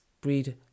breed